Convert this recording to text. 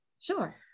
Sure